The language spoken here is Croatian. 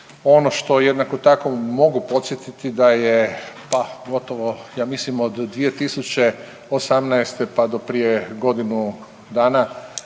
Ono što jednako tako mogu podsjetiti da je, pa gotovo ja mislim od 2018., pa do prije godinu dana